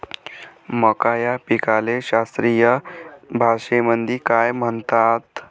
मका या पिकाले शास्त्रीय भाषेमंदी काय म्हणतात?